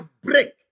break